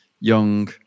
young